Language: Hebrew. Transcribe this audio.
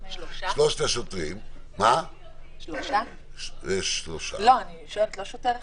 שלושת השוטרים --- יעל רון בן משה (כחול לבן): לא שוטר אחד?